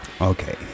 Okay